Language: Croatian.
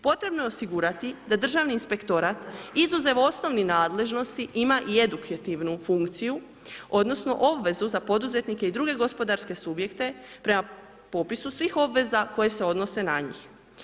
Potrebno je osigurati da Državni inspektorat izuzev osnovnih nadležnosti ima i edukativnu funkciju odnosno obvezu za poduzetnike i druge gospodarske subjekte prema popisu svih obveza koje se odnose na njih.